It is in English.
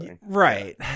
right